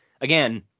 again